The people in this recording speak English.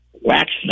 wax